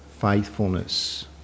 faithfulness